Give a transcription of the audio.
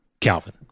Calvin